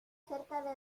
cerca